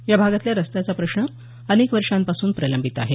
या भागातल्या रस्त्याचा प्रश्न अनेक वर्षांपासून प्रलंबित आहे